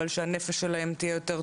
אבל שהנפש שלהם תהיה יותר טוב,